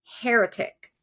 heretic